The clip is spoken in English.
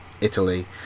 Italy